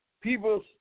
people